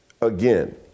again